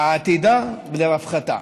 לעתידה ולרווחתה.